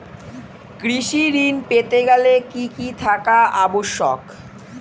কৃষি ঋণ পেতে গেলে কি কি থাকা আবশ্যক?